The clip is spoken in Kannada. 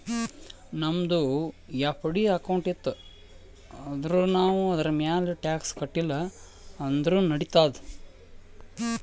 ನಮ್ದು ಎಫ್.ಡಿ ಅಕೌಂಟ್ ಇತ್ತು ಅಂದುರ್ ನಾವ್ ಅದುರ್ಮ್ಯಾಲ್ ಟ್ಯಾಕ್ಸ್ ಕಟ್ಟಿಲ ಅಂದುರ್ ನಡಿತ್ತಾದ್